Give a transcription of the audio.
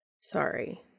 Sorry